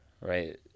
right